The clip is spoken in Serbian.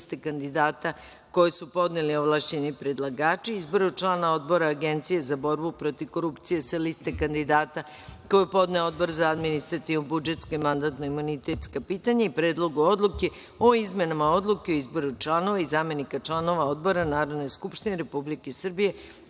liste kandidata koje su podneli ovlašćeni predlagači, Izboru člana Odbora Agencije za borbu protiv korupcije, sa liste kandidata koju je podneo Odbor za administrativno-budžetska i mandatno-imunitetska pitanja i Predlogu odluke o izmenama Odluke o izboru članova i zamenika članova odbora Narodne skupštine Republike Srbije,